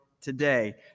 today